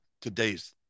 today's